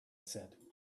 said